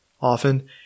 often